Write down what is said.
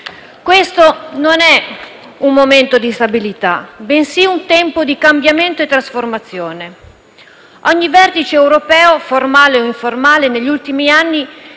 Questo è non un momento di stabilità, bensì un tempo di cambiamento e trasformazione. Ogni vertice europeo, formale o informale, negli ultimi anni si è trovato ad